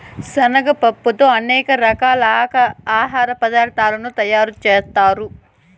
శనగ పప్పుతో అనేక రకాల ఆహార పదార్థాలను తయారు చేత్తారు